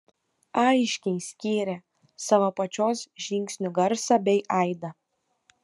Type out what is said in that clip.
aiškiai skyrė savo pačios žingsnių garsą bei aidą